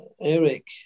Eric